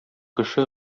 кеше